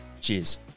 Cheers